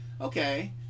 okay